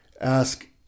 ask